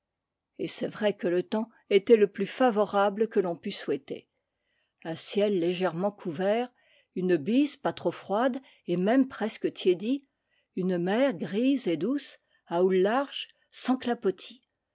et c'est vrai que le temps était le plus favorable que l'on pût souhaiter un ciel légèrement couvert une bise pas trop froide et même presque tiédie une mer grise et douce à houles larges sans clapotis